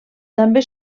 també